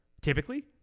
Typically